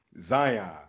Zion